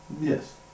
Yes